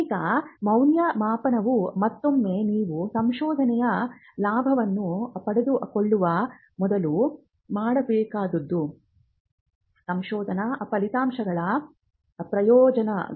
ಈಗ ಮೌಲ್ಯಮಾಪನವು ಮತ್ತೊಮ್ಮೆ ನೀವು ಸಂಶೋಧನೆಯ ಲಾಭವನ್ನು ಪಡೆದುಕೊಳ್ಳುವ ಮೊದಲು ಮಾಡಬೇಕಾದದ್ದು ಸಂಶೋಧನಾ ಫಲಿತಾಂಶಗಳ ಪ್ರಯೋಜನಗಳು